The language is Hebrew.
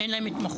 אין להם התמחות.